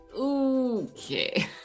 Okay